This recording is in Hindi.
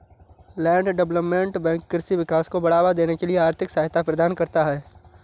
लैंड डेवलपमेंट बैंक कृषि विकास को बढ़ावा देने के लिए आर्थिक सहायता प्रदान करता है